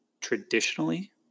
traditionally